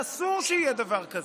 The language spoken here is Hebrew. שאסור שיהיה דבר כזה,